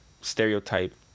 stereotype